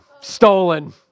stolen